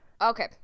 Okay